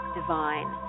divine